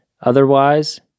Otherwise